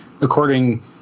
according